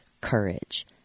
Courage